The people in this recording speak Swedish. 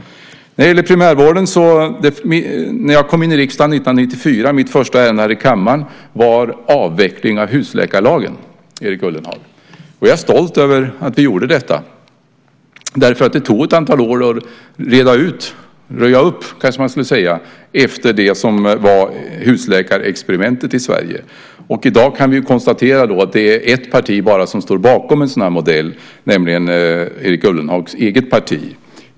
När det gäller primärvården vill jag säga att när jag kom in i riksdagen 1994 var mitt första ärende här i kammaren avvecklingen av husläkarlagen, Erik Ullenhag. Jag är stolt över att vi gjorde detta. Det tog ett antal år att reda ut, röja upp kanske man skulle säga, efter husläkarexperimentet i Sverige. I dag kan vi konstatera att det bara är ett parti som står bakom en sådan här modell, nämligen Erik Ullenhags eget parti.